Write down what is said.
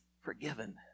forgiven